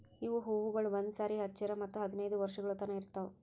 ಇವು ಹೂವುಗೊಳ್ ಒಂದು ಸಾರಿ ಹಚ್ಚುರ್ ಹತ್ತು ಹದಿನೈದು ವರ್ಷಗೊಳ್ ತನಾ ಇರ್ತಾವ್